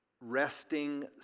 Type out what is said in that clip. resting